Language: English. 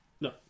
no